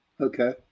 Okay